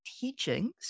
teachings